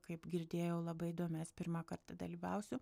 kaip girdėjau labai įdomias pirmą kartą dalyvausiu